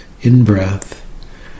in-breath